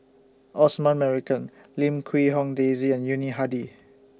Osman Merican Lim Quee Hong Daisy and Yuni Hadi